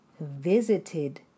visited